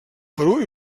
perú